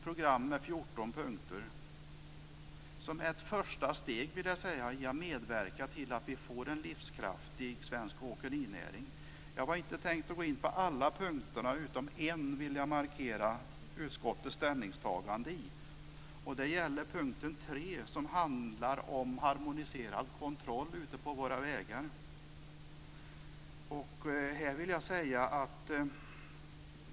Programmet ska som ett första steg bidra till att vi får en livskraftig svensk åkerinäring. Jag hade inte tänkt att gå in på alla punkter, men jag vill markera utskottets ställningstagande beträffande en punkt. Det gäller den tredje punkten som handlar om harmoniserad kontroll ute på vägarna.